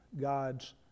God's